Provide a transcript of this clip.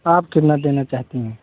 आप कितना देना चाहती हैं